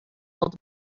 old